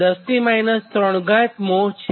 44210 3 mho છે